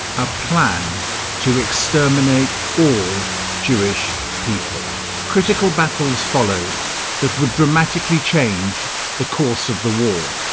a plan to exterminate all jewish people critical battles followed that would dramatically change the course of the war